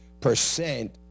percent